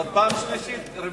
זאת פעם רביעית כבר.